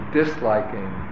disliking